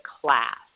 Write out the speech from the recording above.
class